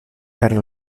per